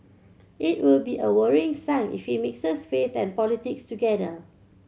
it will be a worrying sign if he mixes faith and politics together